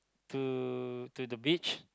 to to the beach